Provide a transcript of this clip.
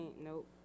Nope